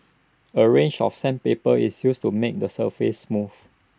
A range of sandpaper is used to make the surface smooth